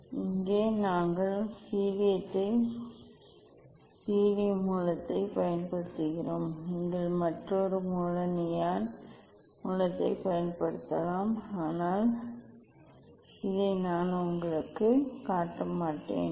இங்கே நாங்கள் ஹீலியம் மூலத்தைப் பயன்படுத்துகிறோம் நீங்கள் மற்றொரு மூல நியான் மூலத்தைப் பயன்படுத்தலாம் ஆனால் இதை நான் உங்களுக்குக் காட்ட மாட்டேன்